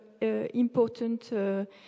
important